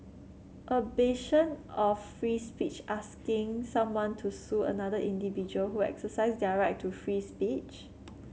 a bastion of free speech asking someone to sue another individual who exercised their right to free speech